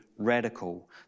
Radical